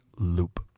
loop